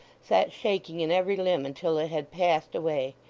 sat shaking in every limb until it had passed away.